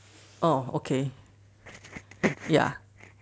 oh okay ya